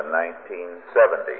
1970